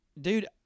dude